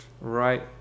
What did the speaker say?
right